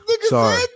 sorry